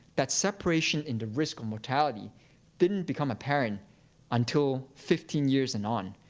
that separation in the risk of mortality didn't become apparent until fifteen years and on.